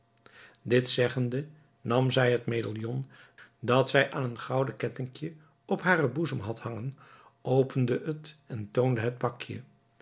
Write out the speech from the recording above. dit zeggende nam zij het medaillon dat zij aan een gouden kettingje op haren boezem had hangen opende het en toonde het pakje